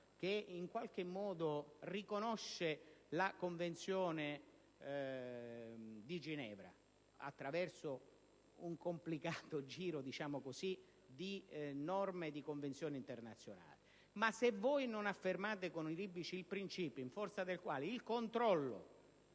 in qualche modo riconosce la Convenzione di Ginevra, attraverso un complicato giro di norme e di convenzioni internazionali, ma se voi non affermate con i libici il principio in forza del quale il controllo